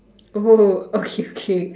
oh okay okay